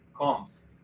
comes